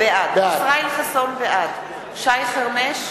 בעד שי חרמש,